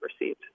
received